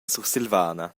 sursilvana